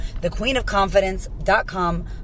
thequeenofconfidence.com